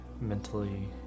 mentally